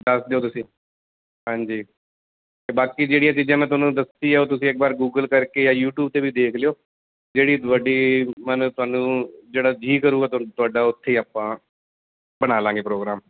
ਦੱਸ ਦਿਓ ਤੁਸੀਂ ਹਾਂਜੀ ਅਤੇ ਬਾਕੀ ਜਿਹੜੀਆਂ ਚੀਜ਼ਾਂ ਮੈਂ ਤੁਹਾਨੂੰ ਦੱਸੀ ਆ ਉਹ ਤੁਸੀਂ ਇੱਕ ਵਾਰ ਗੂਗਲ ਕਰਕੇ ਜਾਂ ਯੂਟੀਊਬ 'ਤੇ ਵੀ ਦੇਖ ਲਿਓ ਜਿਹੜੀ ਤੁਹਾਡੀ ਮਤਲਬ ਤੁਹਾਨੂੰ ਜਿਹੜਾ ਜੀ ਕਰੂਗਾ ਤੁਹਾਨੂੰ ਤੁਹਾਡਾ ਉੱਥੇ ਆਪਾਂ ਬਣਾ ਲਾਂਗੇ ਪ੍ਰੋਗਰਾਮ